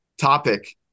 topic